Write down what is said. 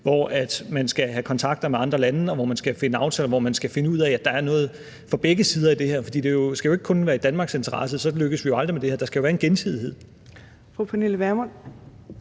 hvor man skal lave aftaler, hvor man skal finde ud af, at der er noget på begge sider af det her. For det skal jo ikke kun være i Danmarks interesse – så lykkes vi aldrig med det her. Der skal jo være en gensidighed.